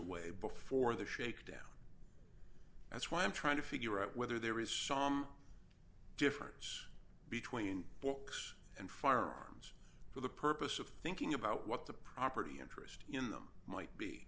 way before the shakedown that's why i'm trying to figure out whether there is some difference between books and firearms for the purpose of thinking about what the property interest in them might be